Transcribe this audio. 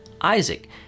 Isaac